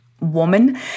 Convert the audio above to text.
woman